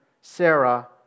Sarah